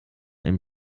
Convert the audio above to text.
einem